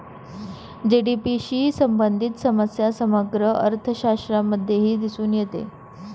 GDP शी संबंधित समस्या समग्र अर्थशास्त्रामध्येही दिसून येते